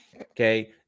Okay